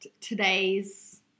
today's